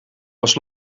was